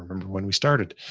remember when we started,